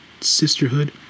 sisterhood